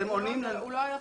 הוא לא היחיד.